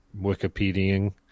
Wikipediaing